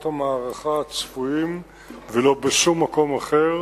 המערכה הצפויים ולא בשום מקום אחר.